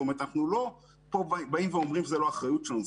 זאת אומרת אנחנו לא באים פה ואומרים שזו לא אחריות שלנו.